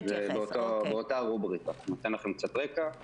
קצת רקע.